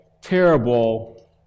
terrible